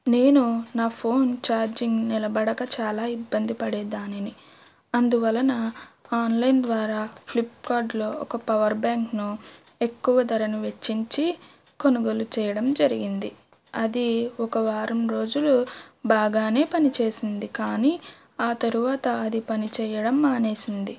నేను నా phone charging నిలబడక చాలా ఇబ్బంది పడే దానిని అందువలన ఆన్లైన్ ద్వారా ఫ్లిప్కార్ట్లో ఒక పవర్ బ్యాంక్ను ఎక్కువ ధరను వెచ్చించి కొనుగోలు చేయడం జరిగింది అది ఒక వారం రోజులు బాగానే పనిచేసింది కానీ ఆ తరువాత అది పనిచేయడం మానేసింది